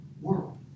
world